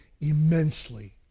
immensely